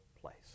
place